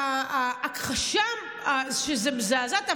ההכחשה מזעזעת,